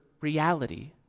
reality